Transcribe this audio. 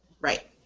Right